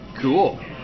Cool